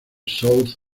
south